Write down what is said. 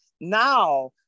now